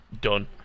Done